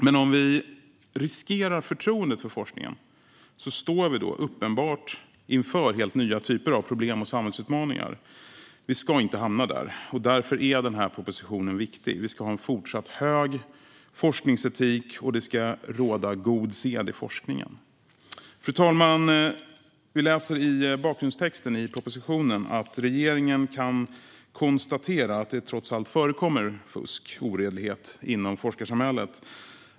Men om vi riskerar förtroendet för forskningen står vi uppenbart inför helt nya problem och samhällsutmaningar. Vi ska inte hamna där, och därför är den här propositionen viktig. Vi ska ha fortsatt hög forskningsetik, och det ska råda god sed i forskningen. Fru talman! Det står i bakgrundstexten till propositionen att regeringen kan konstatera att det trots allt förekommer fusk, oredlighet, inom forskarsamhället.